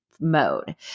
mode